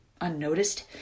unnoticed